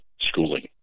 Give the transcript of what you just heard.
schooling